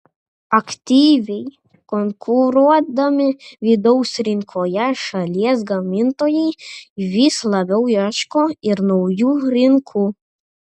aktyviai konkuruodami vidaus rinkoje šalies gamintojai vis labiau ieško ir naujų rinkų